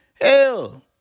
Hell